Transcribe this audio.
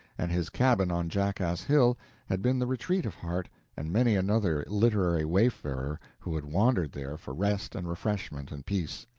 and his cabin on jackass hill had been the retreat of harte and many another literary wayfarer who had wandered there for rest and refreshment and peace.